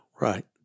right